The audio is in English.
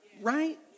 Right